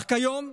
אך כיום,